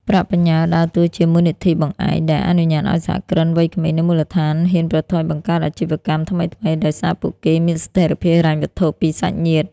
ប្រាក់បញ្ញើដើរតួជា "មូលនិធិបង្អែក" ដែលអនុញ្ញាតឱ្យសហគ្រិនវ័យក្មេងនៅមូលដ្ឋានហ៊ានប្រថុយបង្កើតអាជីវកម្មថ្មីៗ ដោយសារពួកគេមានស្ថិរភាពហិរញ្ញវត្ថុពីសាច់ញាតិ។